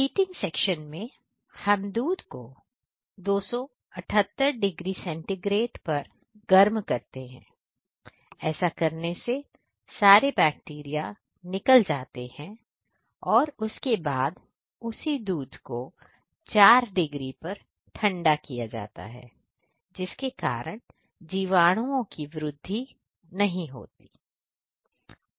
heating section में हम दूध को 278 डिग्री सेंटीग्रेड पर गर्म करते हैंऐसा करने से सारे बैक्टीरिया निकल जाते हैं और और उस दूध को 4 डिग्री पर ठंडा किया जाता है जिसके कारण जीवाणुओं की वृद्धि नहीं होती है